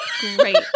Great